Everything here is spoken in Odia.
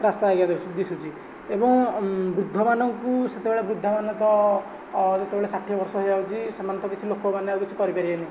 ରାସ୍ତା ଆଜ୍ଞା ଦିଶୁଛି ଏଵଂ ବୃଦ୍ଧ ମାନଙ୍କୁ ସେତେବେଳେ ବୃଦ୍ଧ ମାନେ ତ ଯେତେବେଳେ ଷାଠିଏ ବର୍ଷ ହୋଇଯାଉଛି ସେମାନେ ତ କିଛି ଲୋକ ମାନେ ଆଉ କିଛି କରିପାରିବେନି